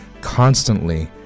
constantly